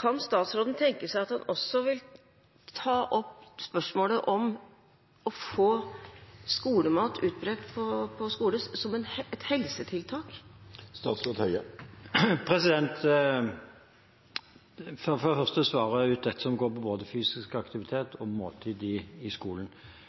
Kan statsråden tenke seg å ta opp spørsmålet om å få skolemat utbredt på skoler som et helsetiltak? For det første må jeg svare ut det som går på fysisk aktivitet og måltider i skolen. På barnetrinnet ser vi at barn og unge er fysisk aktive, i